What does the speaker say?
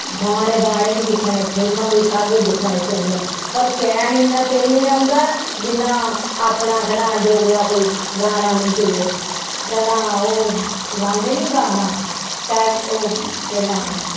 गाने बाने बी दिक्खने फिल्मां बी सब दिक्खने सुनने पर चैन इन्ना चिर नेईं औंदा जिन्ना अपना कोई डोगरा कोई गाना नेईं सुने केह् नां ओह् गांदे नेईं गाना सै ओह् केह् नांऽ